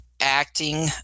acting